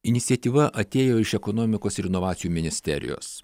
iniciatyva atėjo iš ekonomikos ir inovacijų ministerijos